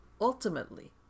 ultimately